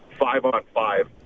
five-on-five